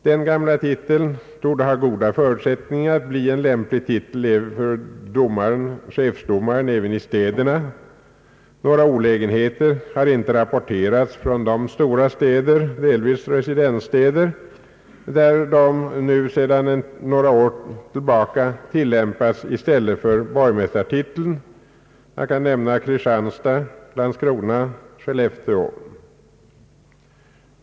Den gamla titeln torde ha goda förutsättningar att bli en lämplig titel för chefsdomare även i städerna. Några olägenheter har inte rapporterats från de stora städer — delvis residensstäder — där man nu sedan några år tillbaka tillämpat denna titel i stället för borgmästartiteln. Jag kan i detta sammanhang nämna Kristianstad, Landskrona och Skellefteå.